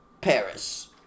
Paris